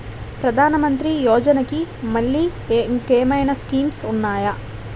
ప్రధాన మంత్రి యోజన కి మల్లె ఇంకేమైనా స్కీమ్స్ ఉన్నాయా?